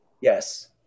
Yes